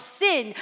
sin